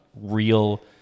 real